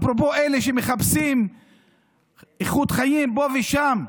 אפרופו אלה שמחפשים איכות חיים פה ושם.